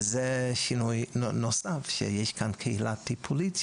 וזה שינוי נוסף שיש כאן קהילה טיפולית,